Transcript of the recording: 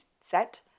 set